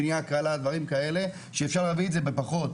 בפחות.